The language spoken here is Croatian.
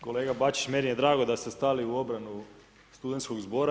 Kolega Bačić, meni je drago da ste stali u obranu studentskog zbora.